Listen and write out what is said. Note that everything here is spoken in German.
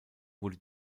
wurde